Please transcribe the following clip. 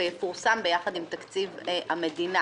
ויפורסם ביחד עם תקציב המדינה.